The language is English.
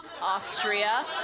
Austria